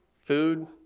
food